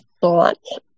thoughts